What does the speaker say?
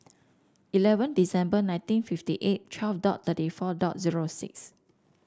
eleven December nineteen fifty eight twelve dot thirty four dot zero six